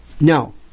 no